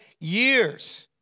years